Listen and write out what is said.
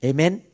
Amen